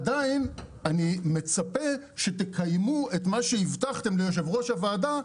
עדין אני מצפה שתקיימו את מה שהבטחתם ליושב-ראש הוועדה,